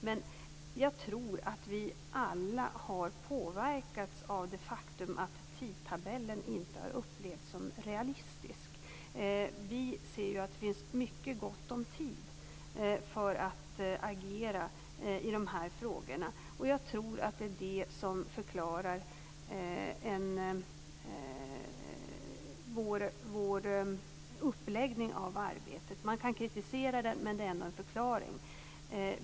Men jag tror att vi alla har påverkats av det faktum att tidtabellen inte har upplevts som realistisk. Vi ser ju att det finns mycket gott om tid att agera i de här frågorna. Jag tror att det är det som förklarar vår uppläggning av arbetet. Man kan kritisera det, men det är ändå en förklaring.